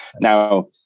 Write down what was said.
Now